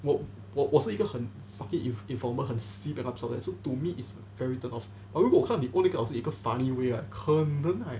我我我是一个 fucking informal 很 sibeh lup sup 的人 so to me it's very turn off but 如果看到你 own 那个老师 in a funny way right 可能 like